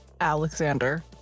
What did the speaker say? Alexander